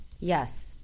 Yes